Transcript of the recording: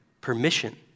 permission